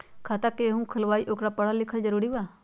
खाता जे केहु खुलवाई ओकरा परल लिखल जरूरी वा?